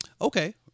Okay